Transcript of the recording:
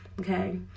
okay